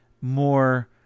more